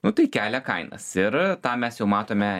nu tai kelia kainas ir tą mes jau matome